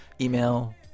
email